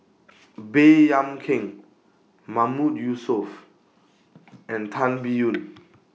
Baey Yam Keng Mahmood Yusof and Tan Biyun